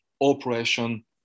Operation